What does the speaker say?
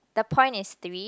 the point is three